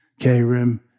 Krim